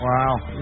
Wow